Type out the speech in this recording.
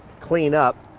clean up.